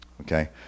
Okay